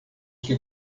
que